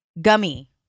Gummy